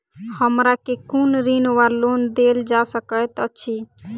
हमरा केँ कुन ऋण वा लोन देल जा सकैत अछि?